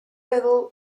medal